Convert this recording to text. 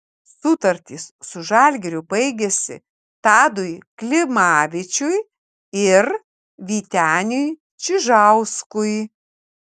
sutartys su žalgiriu baigėsi tadui klimavičiui ir vyteniui čižauskui